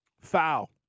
Foul